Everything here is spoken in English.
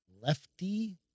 lefty